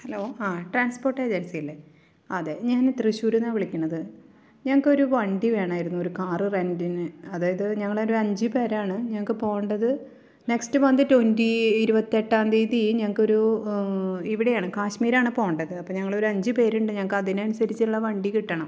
hello ആ transport ഏജൻസിയല്ലെ അതെ ഞാൻ തൃശ്ശൂരിൽ നിന്നാണ് വിളിക്കണത് ഞങ്ങൾക്കൊരു വണ്ടി വേണമായിരുന്നു ഒരു കാർ റെൻറ്റിന് അതായത് ഞങ്ങളൊരു അഞ്ച് പേരാണ് ഞങ്ങൾക്ക് പോകേണ്ടത് നെക്സ്റ്റ് മന്ത് റ്റ്വൻടീ ഇരുപത്തെട്ടാം തീയ്യതി ഞങ്ങൾക്കൊരു ഇവിടെയാണ് കാഷ്മീരാണ് പോകേണ്ടത് അപ്പോൾ ഞങ്ങളൊരു അഞ്ച് പേരുണ്ട് ഞങ്ങക്കതിനനുസരിച്ചുള്ള വണ്ടി കിട്ടണം